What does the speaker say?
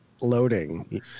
loading